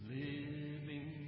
living